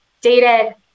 dated